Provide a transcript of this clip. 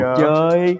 chơi